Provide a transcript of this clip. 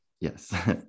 yes